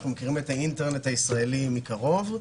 אנחנו מכירים את האינטרנט הישראלי מקרוב,